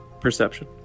Perception